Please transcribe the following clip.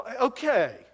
Okay